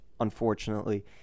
Unfortunately